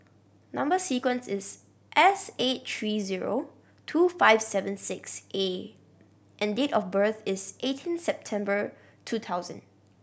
number sequence is S eight three zero two five seven six A and date of birth is eighteen September two thousand